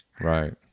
Right